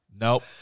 Nope